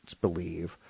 believe